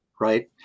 right